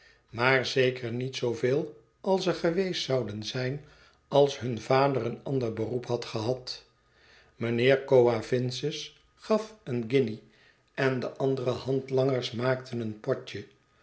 maar zeker niet zooveel als er geweest zouden zijn als hun vader een ander beroep had gehad mijnheer coavinses gaf eene guinje en de andere handlangers maakten een potje